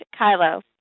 Kylo